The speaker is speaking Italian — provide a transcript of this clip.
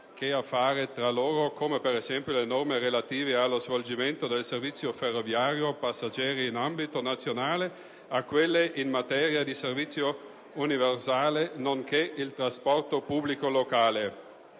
che fare tra loro, come per esempio le norme relative allo svolgimento del servizio ferroviario passeggeri in ambito nazionale e quelle in materia di servizio universale nonché di trasporto pubblico locale.